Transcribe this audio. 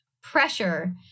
pressure